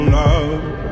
love